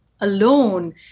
alone